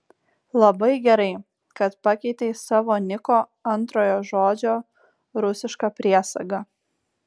labai gerai kad pakeitei savo niko antrojo žodžio rusišką priesagą